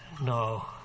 no